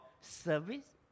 service